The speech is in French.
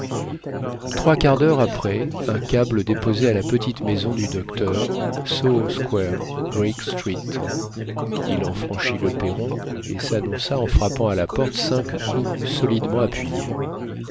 trois quarts d'heure après un cab le déposait à la petite maison du docteur soho square greek street il en franchit le perron et s'annonça en frappant à la porte cinq coups solidement appuyés